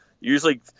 Usually